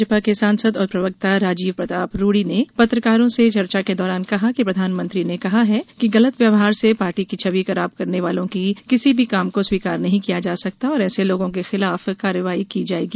भाजपा के सांसद और प्रवक्ता राजीव प्रताप रूढी ने पत्रकारों से चर्चा के दौरान कहा कि प्रधानमंत्री ने कहा है कि गलत व्यवहार से पार्टी की छबि खराब करने वाले किसी भी काम को स्वीकार नहीं किया जा सकता और ऐसे लोगों के खिलाफ कार्यवाही की जायेगी